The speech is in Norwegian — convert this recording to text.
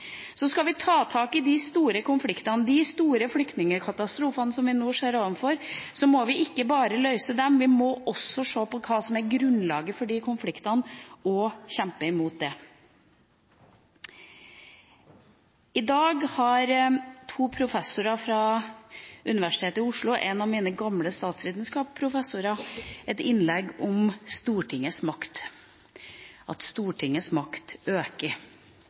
Så skal vi ta tak i de store konfliktene – de store flyktningkatastrofene som vi nå står overfor – men vi må ikke bare løse dem, vi må også se på hva som er grunnlaget for de konfliktene, og kjempe imot det. I dag har to professorer fra Universitetet i Oslo, derav en av mine gamle statsvitenskapsprofessorer, et innlegg om Stortingets makt – at Stortingets makt øker.